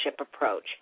approach